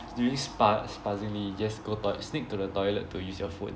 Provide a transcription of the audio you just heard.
during spa~ spa~ just go toi~ sneak to the toilet to use your phone